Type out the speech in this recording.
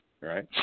Right